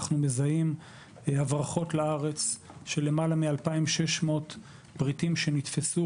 אנחנו מזהים הברחות לארץ של יותר מ-2,600 פריטים שנתפסו,